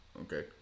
Okay